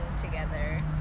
together